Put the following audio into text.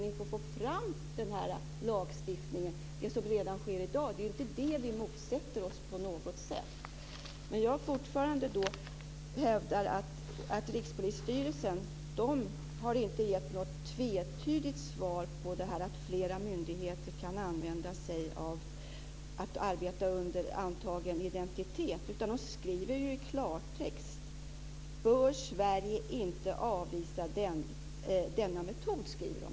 Vi motsätter oss inte på något sätt det som sker redan i dag. Jag hävdar fortfarande att Rikspolisstyrelsens svar på frågan om flera myndigheter kan använda möjligheten att arbeta under antagen identitet inte är tvetydigt. Rikspolisstyrelsen skriver i klartext "bör Sverige inte avvisa denna möjlighet".